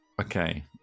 Okay